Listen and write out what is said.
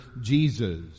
Jesus